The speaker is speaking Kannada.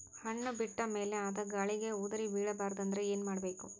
ಹಣ್ಣು ಬಿಟ್ಟ ಮೇಲೆ ಅದ ಗಾಳಿಗ ಉದರಿಬೀಳಬಾರದು ಅಂದ್ರ ಏನ ಮಾಡಬೇಕು?